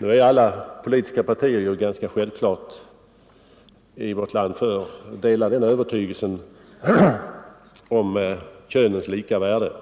Nu delar alla politiska partier i vårt land — det är ganska självklart —- övertygelsen om könens lika värde,